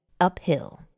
Uphill